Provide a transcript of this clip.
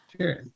Sure